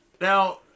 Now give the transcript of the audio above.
Now